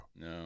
No